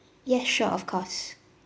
yes sure of course